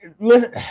listen